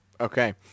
Okay